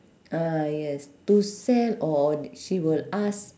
ah yes to sell or she will ask